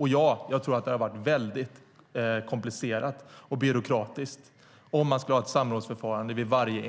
Och ja, jag tror att det hade varit mycket komplicerat och byråkratiskt att ha ett samrådsförfarande vid varje